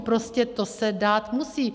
Prostě to se dát musí.